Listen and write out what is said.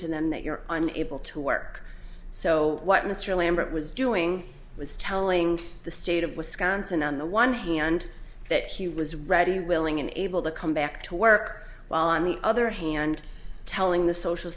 to them that you're unable to work so what mr lambert was doing was telling the state of wisconsin on the one hand that he was ready willing and able to come back to work while on the other hand telling the social